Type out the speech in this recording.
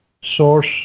source